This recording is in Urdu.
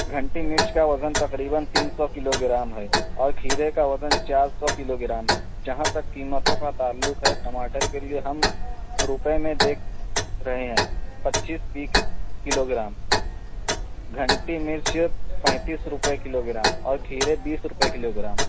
گھنٹی مرچ کا وزن تقریباً تین سو کلو گرام ہے اور کھیرے کا وزن چار سو کلو گرام ہے جہاں تک قیمتوں کا تعلق ہے ٹماٹر کے لئے ہم روپئے میں دیکھ رہے ہیں پچیس فی کلو گرام گھنٹی مرچ پینتس روپئے کلو گرام اور کھیرے بیس روپئے کلو گرام